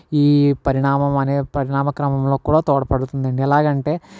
ఈ పరిణామం అనే పరిణామ క్రమంలో కూడా తోడ్పడుతుందండి ఎలాగంటే